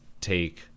take